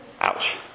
Ouch